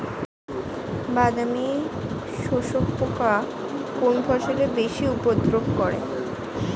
বাদামি শোষক পোকা কোন ফসলে বেশি উপদ্রব করে?